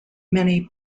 many